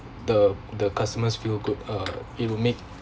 the the customers feel good uh it'll make